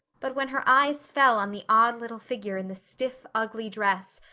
but when her eyes fell on the odd little figure in the stiff, ugly dress,